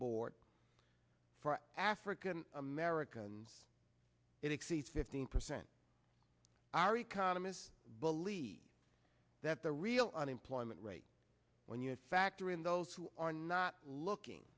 board african americans it exceeds fifteen percent are economists believe that the real unemployment rate when you factor in those who are not looking